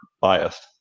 biased